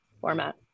format